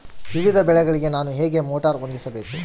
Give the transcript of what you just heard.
ವಿವಿಧ ಬೆಳೆಗಳಿಗೆ ನಾನು ಹೇಗೆ ಮೋಟಾರ್ ಹೊಂದಿಸಬೇಕು?